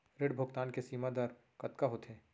ऋण भुगतान के सीमा दर कतका होथे?